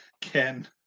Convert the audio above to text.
Ken